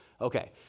okay